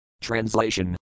Translation